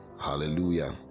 hallelujah